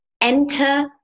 enter